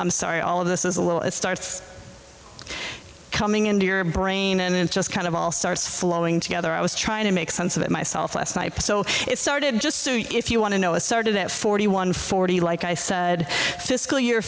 i'm sorry all of this is a little it starts coming into your brain and it just kind of all starts flowing together i was trying to make sense of it myself last night so it started just so you know if you want to know it started at forty one forty like i said fiscal year